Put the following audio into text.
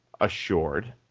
assured